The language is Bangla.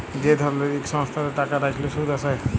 যে ধরলের ইক সংস্থাতে টাকা রাইখলে সুদ আসে